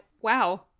wow